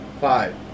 five